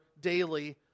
daily